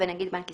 ונגיד בנק ישראל.